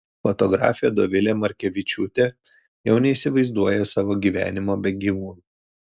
fotografė dovilė markevičiūtė jau neįsivaizduoja savo gyvenimo be gyvūnų